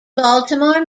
baltimore